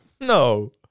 No